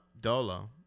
Dolo